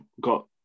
got